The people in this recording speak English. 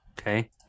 Okay